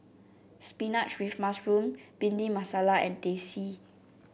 spinach with mushroom Bhindi Masala and Teh C